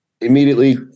immediately